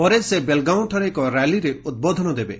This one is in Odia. ପରେ ସେ ବେଲଗାଓଁଠାରେ ଏକ ର୍ୟାଲିରେ ଉଦ୍ବୋଧନ ଦେବେ